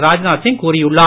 ராஜ்நாத்சிங்கூறியுள்ளார்